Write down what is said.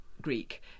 Greek